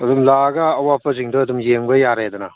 ꯑꯗꯨꯝ ꯂꯥꯛꯑꯒ ꯑꯋꯥꯠꯄꯁꯤꯡꯗꯣ ꯑꯗꯨꯝ ꯌꯦꯡꯕ ꯌꯥꯔꯦꯗꯅ